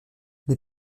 les